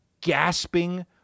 gasping